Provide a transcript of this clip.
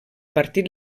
partit